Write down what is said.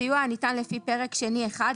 סיוע הניתן לפי פרק שני1,